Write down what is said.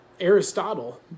aristotle